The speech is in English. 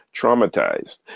traumatized